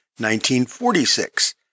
1946